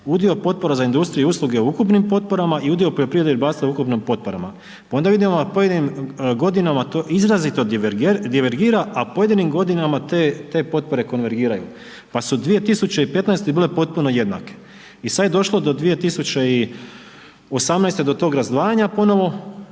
udio potpora za industrije i usluge u ukupnim potporama i udio poljoprivrede i ribarstva u ukupnim potporama. Pa onda vidimo na pojedinim godinama to izrazito divergira, a pojedinim godina te potpore konvergiraju. Pa su 2015. bile potpuno jednake. I sad je došlo do 2018. do tog razdvajanja ponovo,